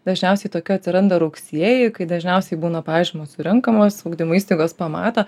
dažniausiai tokių atsiranda rugsėjį kai dažniausiai būna pažymos surenkamos ugdymo įstaigos pamato